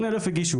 80,000 הגישו